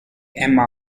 emma